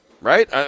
right